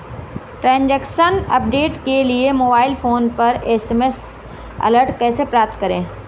Transaction update के लिए mobile phone पर एस.एम.एस अलर्ट कैसे प्राप्त करें?